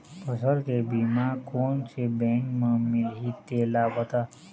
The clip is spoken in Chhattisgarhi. फसल के बीमा कोन से बैंक म मिलही तेला बता?